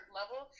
level